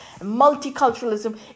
Multiculturalism